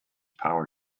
power